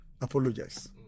apologize